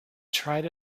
tried